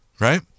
Right